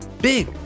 Big